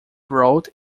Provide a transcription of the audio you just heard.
route